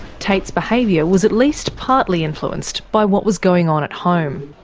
tate's behaviour was at least partly influenced by what was going on at home.